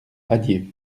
adieu